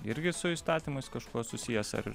irgi su įstatymais kažkuo susijęs ar